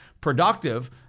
productive